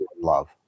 love